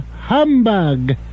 Humbug